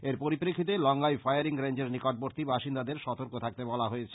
এর পরিপ্রেক্ষিতে লঙ্গাই ফায়ারিং রেঞ্জের নিকটবর্ত্তী বাসিন্দাদের সর্তক থাকতে বলা হয়েছে